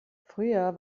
früher